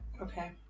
okay